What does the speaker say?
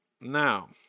Now